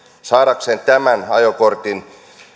saadakseen tämän ajokortin